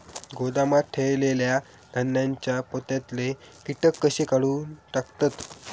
गोदामात ठेयलेल्या धान्यांच्या पोत्यातले कीटक कशे काढून टाकतत?